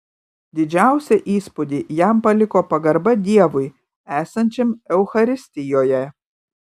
didžiausią įspūdį jam paliko pagarba dievui esančiam eucharistijoje